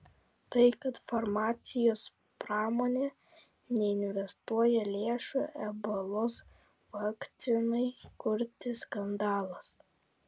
tai kad farmacijos pramonė neinvestuoja lėšų ebolos vakcinai kurti skandalas